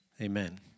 Amen